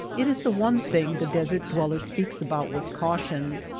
it is the one thing the desert dweller speaks about with cau tion.